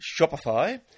Shopify